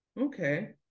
Okay